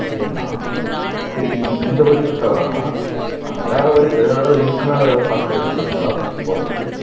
சரிண்ணா சரி இந் இந்த வழி சுற்ற வேணாம் வேற வழி எதாது வேற எதாவது இதுக்கு மேலே ஏதாவது ஷார்ட் கட் இருக்குதுங்களா போகிறதுக்கு